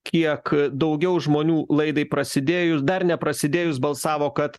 kiek daugiau žmonių laidai prasidėjus dar neprasidėjus balsavo kad